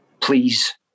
please